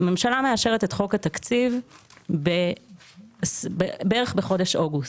הממשלה מאשרת את חוק התקציב בערך בחודש אוגוסט,